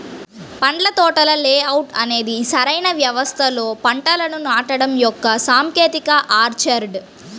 పండ్ల తోటల లేఅవుట్ అనేది సరైన వ్యవస్థలో పంటలను నాటడం యొక్క సాంకేతికత ఆర్చర్డ్